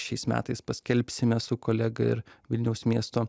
šiais metais paskelbsime su kolega ir vilniaus miesto